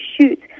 shoot